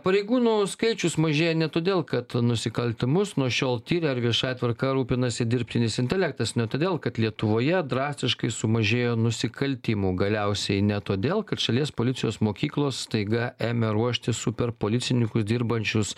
pareigūnų skaičius mažėja ne todėl kad nusikaltimus nuo šiol tiria ar viešąja tvarka rūpinasi dirbtinis intelektas ne todėl kad lietuvoje drastiškai sumažėjo nusikaltimų galiausiai ne todėl kad šalies policijos mokyklos staiga ėmė ruošti superpolicininkus dirbančius